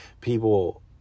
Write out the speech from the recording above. people